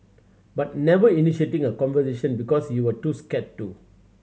but never initiating a conversation because you were too scared to